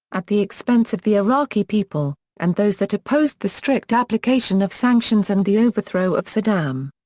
at the expense of the iraqi people, and those that opposed the strict application of sanctions and the overthrow of saddam.